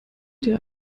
dir